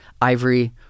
ivory